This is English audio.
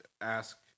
ask